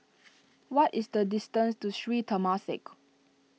what is the distance to Sri Temasek